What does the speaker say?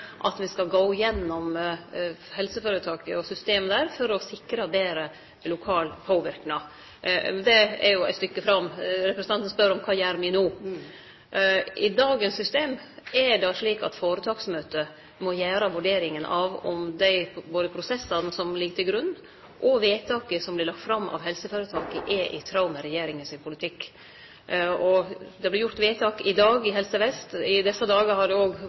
at me skal gå gjennom helseføretaket og systemet der for å sikre betre lokal påverknad. Det er jo eit stykke fram, og representanten spør: Kva gjer me no? I dagens system er det slik at føretaksmøtet må gjere vurderinga av om dei prosessane som ligg til grunn, og vedtaket som vert lagt fram av helseføretaket, er i tråd med regjeringa sin politikk. Det vert gjort vedtak i dag i Helse Vest. I desse dagar har det